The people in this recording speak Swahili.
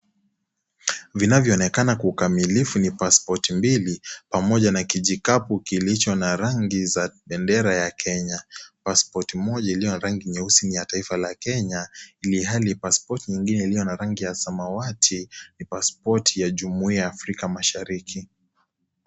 Vinavyoonekana kwa ukamilifu ni pasipoti mbili pamoja na kijikapu kilicho na rangi za bendera ya Kenya. Pasipoti moja iliyo na rangi nyeusi ni ya taifa la Kenya ilhali pasipoti ingine iliyo na rangi ya samawati ni pasipoti ya juimuiya ya Afrika Mashariki.